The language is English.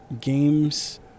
games